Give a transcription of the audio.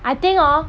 I think hor